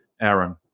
Aaron